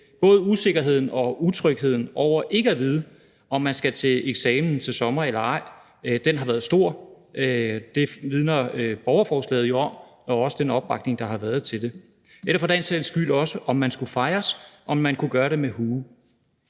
Både usikkerheden og utrygheden ved ikke at vide, om man skal til eksamen til sommer eller ej, har været stor – det vidner borgerforslaget og den opbakning, der har været til det, jo om – eller for den sags skyld også, om man skulle fejres, og om man kunne gøre det med hue.